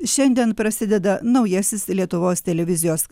šiandien prasideda naujasis lietuvos televizijos